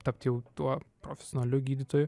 tapt jau tuo profesionaliu gydytoju